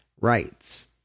rights